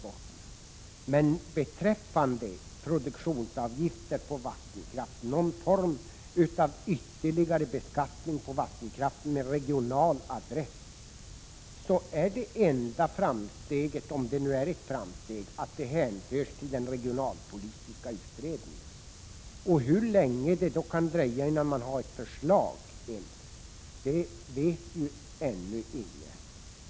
Det enda framsteget, om det nu är ett framsteg, beträffande produktionsavgifter på vattenkraft eller någon form av ytterligare beskattning av vattenkraften med regional adress är att frågan hänskjuts till den regionalpolitiska utredningen. Hur länge det kan dröja innan man ens har ett förslag vet ju ännu ingen.